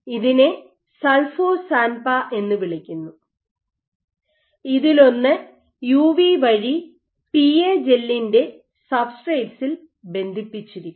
ഇതിനെ സൾഫോ സാൻപാ എന്ന് വിളിക്കുന്നു ഇതിലൊന്ന് യുവി വഴി പിഎ ജെല്ലിന്റെ സബ്സ്ട്രേറ്റ്സിൽ ബന്ധിപ്പിച്ചിരിക്കുന്നു